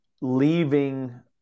leaving